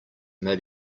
may